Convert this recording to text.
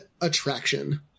attraction